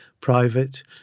private